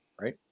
right